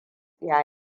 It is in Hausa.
ta